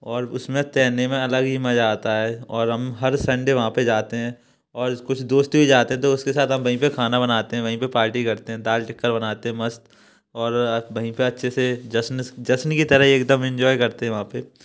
और उसमें तैरने में अलग ही मजा आता है और हम हर संडे वहाँ पे जाते हैं और इस कुछ दोस्त भी जाते हैं तो उसके साथ हम वहीं पे खाना बनाते हैं वहीं पे पार्टी करते हैं दाल टिक्का बनाते हैं मस्त और वहीं पे अच्छे से जश्न जश्न की तरह एकदम एंजॉय करते हैं वहाँ पे